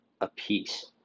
apiece